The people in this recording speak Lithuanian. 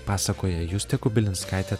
pasakoja justė kubilinskaitė